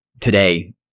today